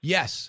Yes